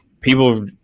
people